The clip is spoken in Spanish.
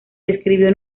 describió